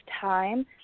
time